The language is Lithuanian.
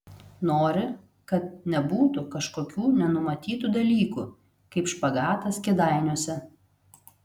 nori kad nebūtų kažkokių nenumatytų dalykų kaip špagatas kėdainiuose